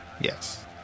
Yes